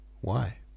Why